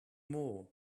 more